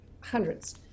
hundreds